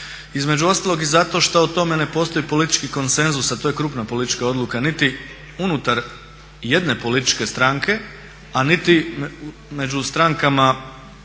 Između ostalog i zato što o tome ne postoji politički konsenzus, a to je krupna politička odluka niti unutar jedne političke stranke, a niti među strankama dakle